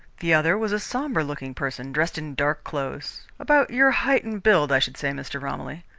the other was a sombre-looking person, dressed in dark clothes, about your height and build, i should say, mr. romilly.